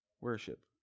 worship